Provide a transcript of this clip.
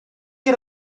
get